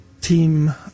team